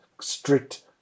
Strict